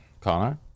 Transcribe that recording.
Connor